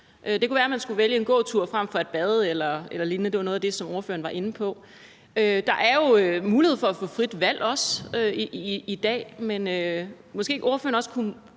Det kunne være, at man skulle vælge en gåtur frem for et bad eller lignende; det var noget af det, som ordføreren var inde på. Der er jo mulighed for at få frit valg i dag, men måske ordføreren også kunne